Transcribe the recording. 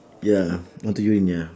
ya want to urine ya